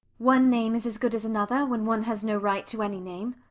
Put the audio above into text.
one name is as good as another, when one has no right to any name.